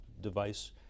device